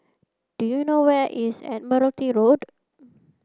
do you know where is Admiralty Road